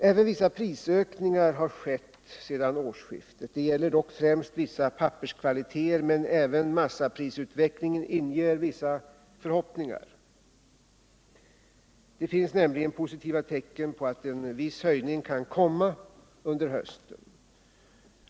Även en del prisökningar har skett sedan årsskiftet. Detta gäller dock främst vissa papperskvaliteter, men även massaprisutvecklingen inger förhoppningar. Det finns nämligen positiva tecken på att en viss höjning kan komma under hösten.